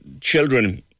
children